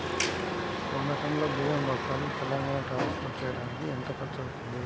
వంద టన్నులు బియ్యం బస్తాలు తెలంగాణ ట్రాస్పోర్ట్ చేయటానికి కి ఎంత ఖర్చు అవుతుంది?